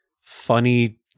funny